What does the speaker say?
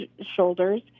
shoulders